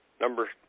Number